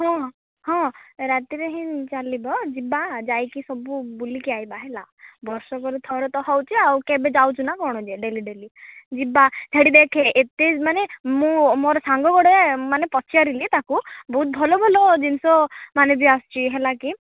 ହଁ ହଁ ରାତିରେ ହିଁ ଚାଲିବ ଯିବା ଯାଇକି ସବୁ ବୁଲିକି ଆଇବା ହେଲା ବର୍ଷକରେ ଥରେ ତ ହେଉଛି ଆଉ କେବେ ଯାଉଛୁ ନା କ'ଣ ଯେ ଡ଼େଲି ଡ଼େଲି ଯିବା ସେଠି ଦେଖ ଏତେ ମାନେ ମୁଁ ମୋର ସାଙ୍ଗ ଗୋଟେ ମାନେ ପଚାରିଲି ତାକୁ ବହୁତ ଭଲ ଭଲ ଜିନିଷ ମାନେ ବି ଆସୁଛି ହେଲାକି